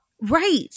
Right